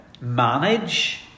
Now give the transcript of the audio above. manage